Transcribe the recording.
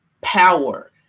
power